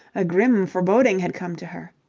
a grim foreboding had come to her.